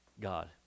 God